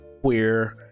queer